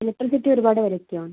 electricity ഒരുപാട് വലിക്കുമോ